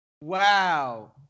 Wow